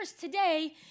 today